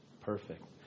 Perfect